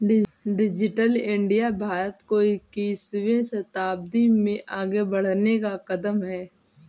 digital India Bharat को इक्कीसवें शताब्दी में आगे बढ़ने का कदम है